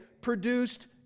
produced